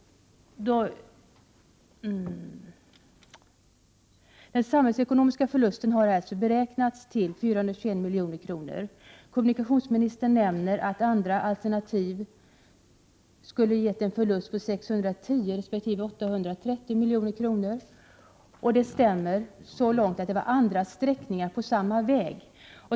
Den samhällsekonomiska förlusten har alltså beräknats till 421 milj.kr. Kommunikationsministern nämner att andra alternativ skulle ha gett en förlust på 610 resp. 830 milj.kr., och det stämmer så till vida att det var fråga om andra sträckningar på samma väg.